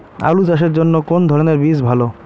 আলু চাষের জন্য কোন ধরণের বীজ ভালো?